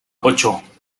ocho